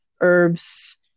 herbs